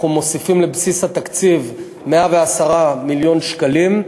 אנחנו מוסיפים לבסיס התקציב 110 מיליון שקלים,